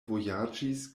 vojaĝis